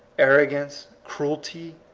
arrogance, cruelty,